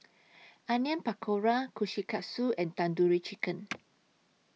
Onion Pakora Kushikatsu and Tandoori Chicken